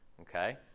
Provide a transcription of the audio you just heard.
Okay